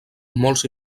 molts